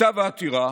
מכתב העתירה